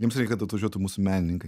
jiems reik kad atvažiuotų mūsų menininkai